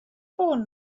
fôn